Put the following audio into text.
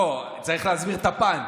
אני יכול להסביר לך את הפאנץ'.